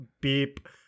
beep